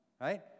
right